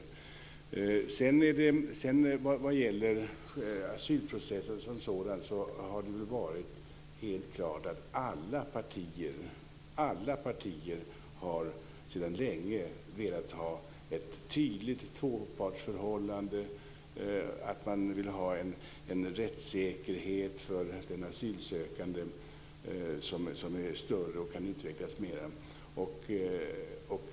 Vad sedan gäller asylprocessen som sådan har det väl varit helt klart att alla partier sedan länge har velat ha ett tydligt tvåpartsförhållande. Man vill ha en rättssäkerhet för den asylsökande som är större och som kan utvecklas mer.